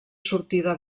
sortida